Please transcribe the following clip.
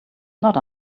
not